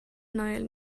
نایل